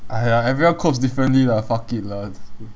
!aiya! everyone copes differently lah fuck it lah